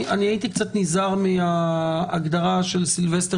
הייתי קצת נזהר מההגדרה של סילבסטר